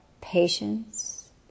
patience